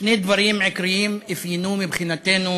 שני דברים עיקריים אפיינו מבחינתנו